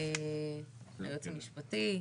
פנינו לטוב היום.